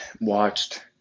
watched